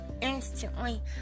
instantly